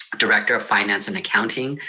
director of finance and accounting.